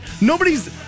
Nobody's